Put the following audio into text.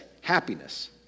happiness